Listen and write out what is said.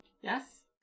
Yes